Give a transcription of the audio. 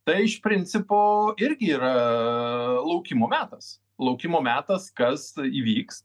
tai iš principo irgi yra laukimo metas laukimo metas kas įvyks